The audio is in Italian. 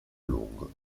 lungo